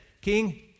King